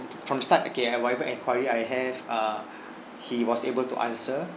from start okay whatever enquiry I have uh he was able to answer